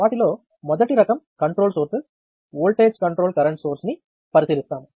వాటిలో మొదటి రకం controlled sources voltage controlled current source ని పరిశీలిస్తాము